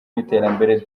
n’iterambere